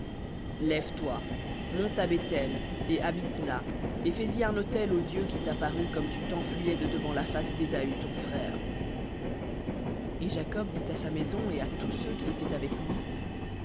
lève-toi monte à béthel et habite là et fais-y un autel au dieu qui t'apparut comme tu t'enfuyais de devant la face d'ésaü ton frère et jacob dit à sa maison et à tous ceux qui étaient avec lui